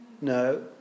No